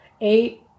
eight